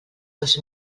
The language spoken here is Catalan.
dos